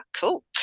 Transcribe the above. cool